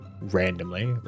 randomly